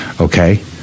Okay